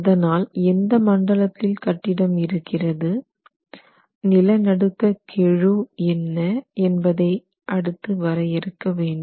அதனால் எந்த மண்டலத்தில் கட்டிடம் இருக்கிறது நில நடுக்க கெழு என்ன என்பதை அடுத்து வரையறுக்க வேண்டும்